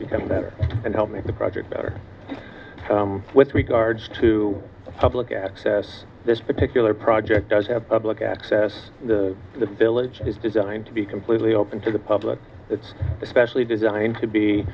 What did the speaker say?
become better and help make the project better with regards to public access this particular project does have public access the village is designed to be completely open to the public it's especially designed to be